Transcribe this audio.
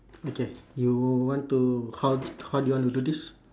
okay you want to how how do you want to do this